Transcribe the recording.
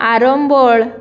Arambol